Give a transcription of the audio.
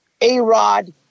A-Rod